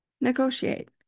negotiate